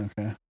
Okay